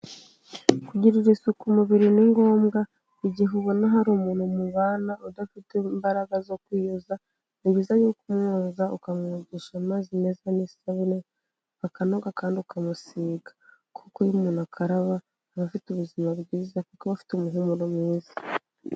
Kugirira isuku umubiri ni ngombwa, igihe ubona hari umuntu mubana udafite imbaraga zo kwiyoza ni byiza ko yuko umwonza ukamwogesha amazi meza n'isabune akanoga kandi ukamusiga kuko iyo umuntu akaraba aba afite ubuzima bwiza kuko afite umuhumuro mwiza.